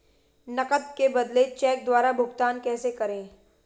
नकद के बदले चेक द्वारा भुगतान कैसे करें?